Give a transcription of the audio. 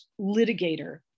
litigator